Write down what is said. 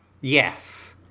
yes